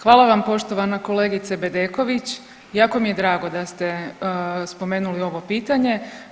Hvala vam poštovana kolegice Bedeković, jako mi je drago da ste spomenuli ovo pitanje.